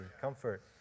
comfort